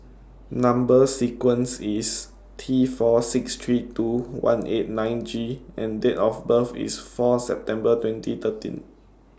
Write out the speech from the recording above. Number sequence IS T four six three two one eight nine G and Date of birth IS four September twenty thirteen